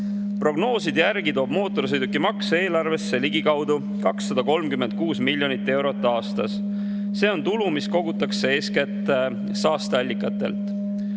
Prognooside järgi toob mootorsõidukimaks eelarvesse ligikaudu 236 miljonit eurot aastas. See on tulu, mis kogutakse eeskätt saasteallikatelt.